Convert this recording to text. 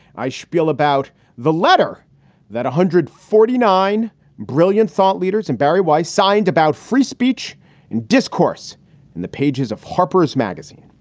i spiel about the letter that one hundred forty nine brilliant thought leaders and barry white signed about free speech and discourse in the pages of harper's magazine.